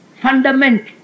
fundamental